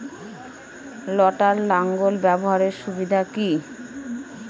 লটার লাঙ্গল ব্যবহারের সুবিধা কি?